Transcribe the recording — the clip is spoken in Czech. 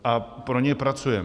A pro ně pracujeme.